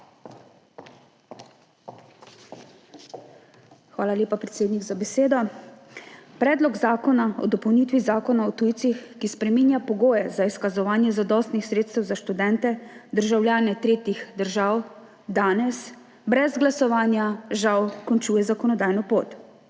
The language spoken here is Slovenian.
Hvala lepa, predsednik, za besedo. Predlog zakona o dopolnitvi Zakona o tujcih, ki spreminja pogoje za izkazovanje zadostnih sredstev za študente – državljane tretjih držav, danes brez glasovanja žal končuje zakonodajno pot.